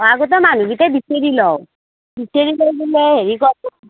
অঁ আগতে মানুহকেইটা বিচাৰি লওঁ বিচাৰি লৈ পেলাই হেৰি কৰা